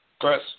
Chris